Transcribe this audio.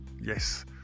yes